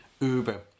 Uber